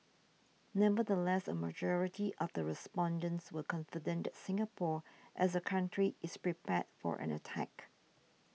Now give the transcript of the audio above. nevertheless a majority of the respondents were confident that Singapore as a country is prepared for an attack